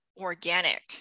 organic